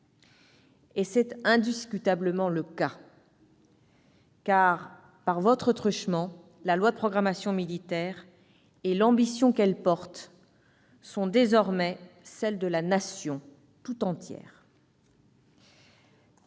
». C'est indiscutablement le cas : par votre truchement, la loi de programmation militaire et l'ambition qu'elle porte sont désormais celles de la Nation tout entière.